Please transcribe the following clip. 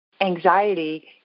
anxiety